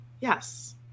yes